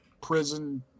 prison